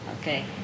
Okay